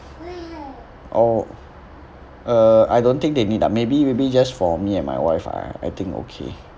oh uh I don't think they need lah maybe maybe just for me and my wife ah I think okay